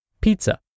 pizza